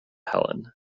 helen